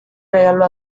regaló